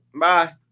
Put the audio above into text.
bye